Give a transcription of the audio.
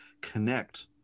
connect